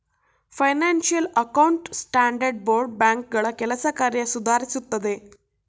financial account standard board ಬ್ಯಾಂಕ್ಗಳ ಕೆಲಸ ಕಾರ್ಯ ಸುಧಾರಿಸುತ್ತದೆ